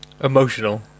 Emotional